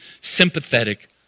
sympathetic